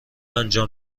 انجام